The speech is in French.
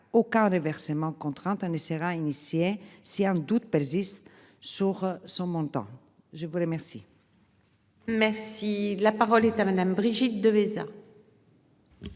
quarts de versements contrainte on essaiera initié si un doute persiste sur son montant. Je vous remercie. Merci la parole est à madame Brigitte de.